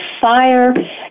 fire